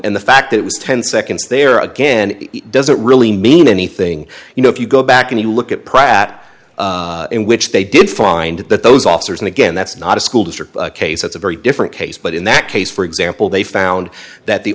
and the fact that it was ten seconds there again doesn't really mean anything you know if you go back and you look at pratt in which they did find that those officers and again that's not a school district case that's a very different case but in that case for example they found that the